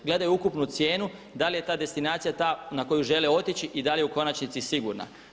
Gledaju ukupnu cijenu, da li je ta destinacija ta na koju žele otići i da li je u konačnici sigurna.